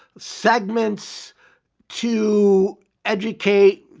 segments to educate,